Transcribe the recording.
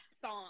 song